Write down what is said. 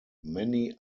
many